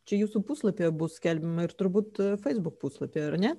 čia jūsų puslapyje bus skelbiama ir turbūt feisbuk puslapyje ar ne